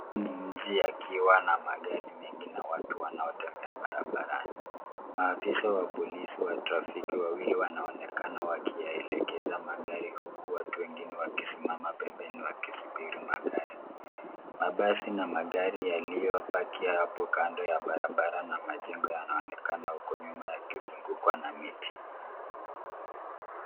Huu ni mji yakiwa na magari mengi na watu wanaotembea barabarani. Maafisa wa polisi wa trafiki wawili wanaonekana wakiyaelekeza magari, huku watu wengine wakisimama pembeni wakisubiri magari. Mabasi na magari yaliyopaki hapo kando ya barabara, na majengo yanaonekana huko nyuma yakizungukwa na miti.